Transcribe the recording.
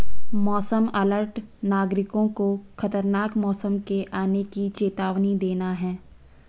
मौसम अलर्ट नागरिकों को खतरनाक मौसम के आने की चेतावनी देना है